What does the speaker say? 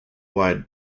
wide